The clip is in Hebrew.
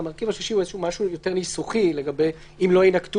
המרכיב השלישי הוא משהו יותר ניסוחי אם לא יינקטו